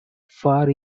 far